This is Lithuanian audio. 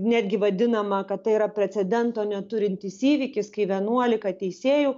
netgi vadinama kad tai yra precedento neturintis įvykis kai vienuolika teisėjų